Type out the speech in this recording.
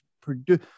produce